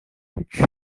which